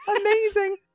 amazing